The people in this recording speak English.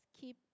keep